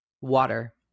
water